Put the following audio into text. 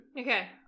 Okay